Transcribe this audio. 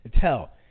Tell